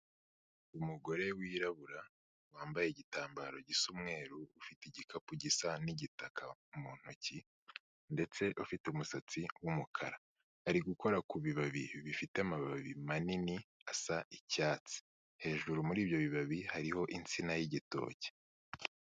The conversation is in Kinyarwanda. Umugore wirabura wambaye igitambaro gisa umweru ufite igikapu gisa n'igitaka mu ntoki ndetse afite umusatsi w'umukara, ari gukora ku bibabi bifite amababi manini asa icyatsi, hejuru muri ibyo bibabi hariho insina y'igitoki.